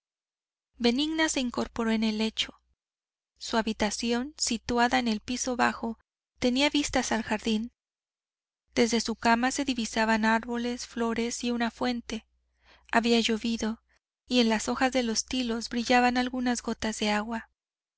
benigna se incorporó en el lecho su habitación situada en el piso bajo tenía vistas al jardín desde su cama se divisaban árboles flores y una fuente había llovido y en las hojas de los tilos brillaban algunas gotas de agua